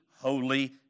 holy